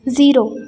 zero